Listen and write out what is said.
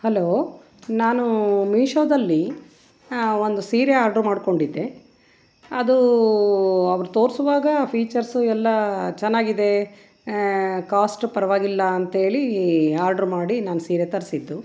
hello ನಾನು ಮೀಶೋದಲ್ಲಿ ಒಂದು ಸೀರೆ ಆರ್ಡ್ರು ಮಾಡಿಕೊಂಡಿದ್ದೆ ಅದು ಅವ್ರು ತೋರಿಸುವಾಗ ಫೀಚರ್ಸು ಎಲ್ಲ ಚೆನ್ನಾಗಿದೆ ಕಾಸ್ಟು ಪರವಾಗಿಲ್ಲ ಅಂತೇಳಿ ಆರ್ಡ್ರು ಮಾಡಿ ನಾನು ಸೀರೆ ತರಿಸಿದ್ದು